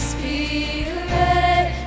Spirit